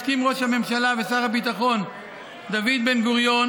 הסכים ראש הממשלה ושר הביטחון דוד בן-גוריון